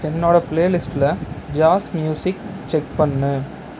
என்னோட பிளேலிஸ்ட்டில் jazz music check பண்ணு